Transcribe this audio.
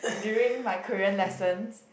during my Korean lessons